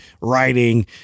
writing